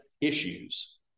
issues